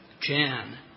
Jan